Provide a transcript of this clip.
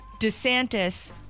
DeSantis